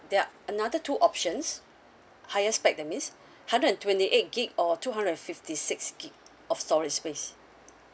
there are another two options higher spec that means hundred and twenty eight gigabyte or two hundred and fifty six gigabyte of storage space